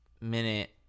minute